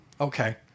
okay